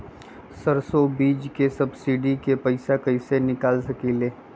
सरसों बीज के सब्सिडी के पैसा कईसे निकाल सकीले?